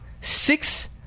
six